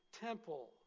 temple